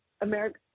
America –